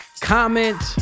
comment